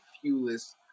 fewest